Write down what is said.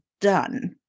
done